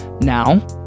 Now